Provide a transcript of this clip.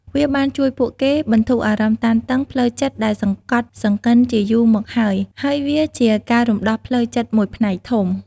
វាបានជួយពួកគេ បន្ធូរអារម្មណ៍តានតឹង ផ្លូវចិត្តដែលសង្កត់សង្កិនជាយូរមកហើយ ហើយជាការរំដោះផ្លូវចិត្តមួយផ្នែកធំ ។